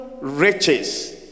riches